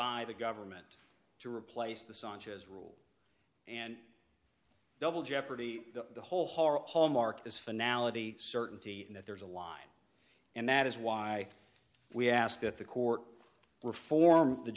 by the government to replace the sanchez rule and double jeopardy the whole horror hallmarked is finale the certainty that there is a line and that is why we ask that the court reform the